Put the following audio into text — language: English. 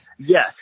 Yes